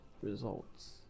results